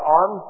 on